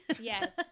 Yes